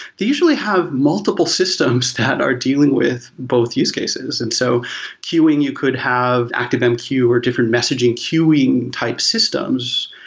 they usually have multiple systems that are dealing with both use cases. and so queuing, you could have activemq, or different messaging queuing type systems.